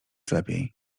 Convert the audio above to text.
lepiej